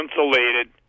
insulated